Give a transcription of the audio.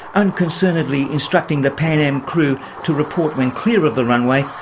unconcernedly instructing the pan am crew to report when clear of the runway,